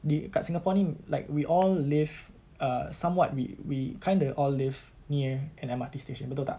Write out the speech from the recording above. di dekat singapore ini like we all live err somewhat we we kinda all live near an M_R_T station betul tak